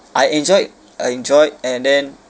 I enjoyed I enjoyed and then